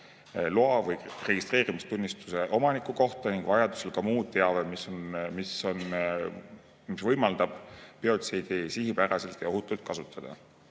loa või registreerimistunnistuse omaniku kohta ning vajaduse korral ka muu teave, mis võimaldab biotsiidi sihipäraselt ja ohutult kasutada.